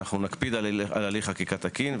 אנחנו נקפיד על הליך חקיקה תקין.